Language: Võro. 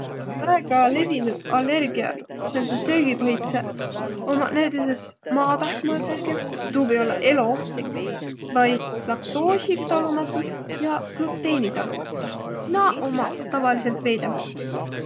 Väega levinüq allergiäq, sääntseq söögipõhitsõq, omma näütüses maapähkmäallergiä, tuu või ollaq eloohtlik, vai laktoositalumatus ja gluteenitalumatus – naaq ommaq tavalidsõlt veidemb ohtliguq.